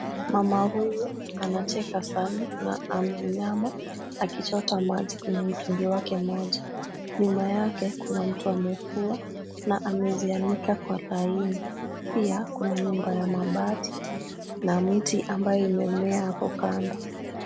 Mama huyu anacheka sana na ameinama akichota maji kwenye mtungi wake moja, nyuma yake kuna mtu amevua na amezianika kwa laini, pia kuna nyumba ya mabati na mti ambao umemea hapo kando.